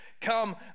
Come